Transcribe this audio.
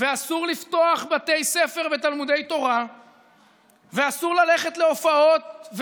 ואסור לפתוח בתי ספר ותלמודי תורה ואסור ללכת להופעות,